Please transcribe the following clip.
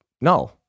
no